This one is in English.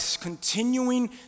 continuing